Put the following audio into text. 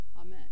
Amen